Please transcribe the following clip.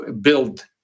build